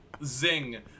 zing